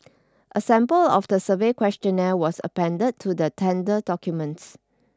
a sample of the survey questionnaire was appended to the tender documents